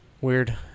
weird